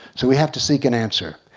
so we have to seek an answer.